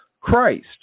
Christ